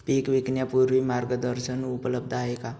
पीक विकण्यापूर्वी मार्गदर्शन उपलब्ध आहे का?